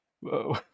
Whoa